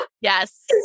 Yes